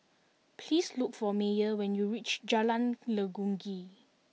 please look for Meyer when you reach Jalan Legundi